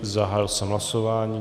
Zahájil jsem hlasování.